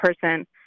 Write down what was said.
person